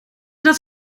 dat